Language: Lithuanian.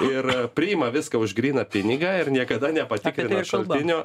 ir priima viską už gryną pinigą ir niekada nepatikrina šaltinio